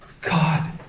God